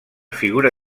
figura